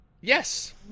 Yes